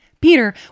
peter